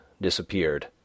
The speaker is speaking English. disappeared